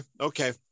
okay